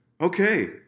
Okay